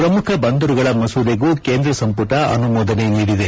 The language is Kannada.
ಪ್ರಮುಖ ಬಂದರುಗಳ ಮಸೂದೆಗೂ ಕೇಂದ್ರ ಸಂಪುಟ ಅನುಮೋದನೆ ನೀಡಿದೆ